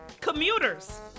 commuters